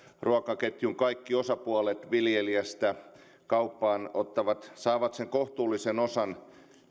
ruokaketjun kaikki osapuolet viljelijästä kauppaan saavat sen kohtuullisen osan